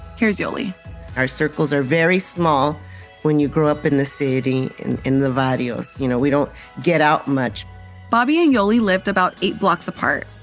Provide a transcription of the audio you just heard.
here's yoli our circles are very small when you grew up in the city, in in the barrios. you know, we don't get out much bobby and yoli lived about eight blocks apart.